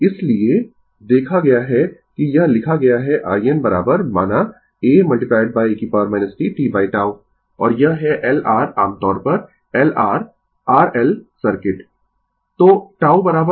इसलिए देखा गया है कि यह लिखा गया है in माना a e t tτ और यह है L R आमतौर पर L R R L circuit